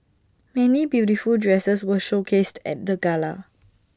many beautiful dresses were showcased at the gala